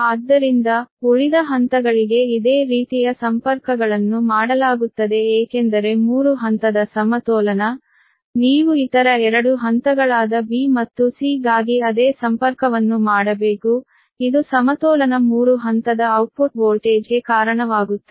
ಆದ್ದರಿಂದ ಉಳಿದ ಹಂತಗಳಿಗೆ ಇದೇ ರೀತಿಯ ಸಂಪರ್ಕಗಳನ್ನು ಮಾಡಲಾಗುತ್ತದೆ ಏಕೆಂದರೆ ಮೂರು ಹಂತದ ಸಮತೋಲನ ನೀವು ಇತರ 2 ಹಂತಗಳಾದ b ಮತ್ತು c ಗಾಗಿ ಅದೇ ಸಂಪರ್ಕವನ್ನು ಮಾಡಬೇಕು ಇದು ಸಮತೋಲನ 3 ಹಂತದ ಔಟ್ಪುಟ್ ವೋಲ್ಟೇಜ್ಗೆ ಕಾರಣವಾಗುತ್ತದೆ